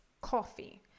coffee